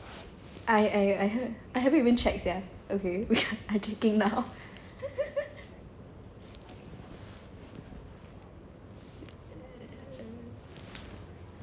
I I I hav~ I haven't even checked sia okay I clicking now